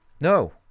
No